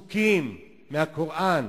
יש 240 מטר פסוקים מהקוראן.